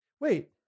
Wait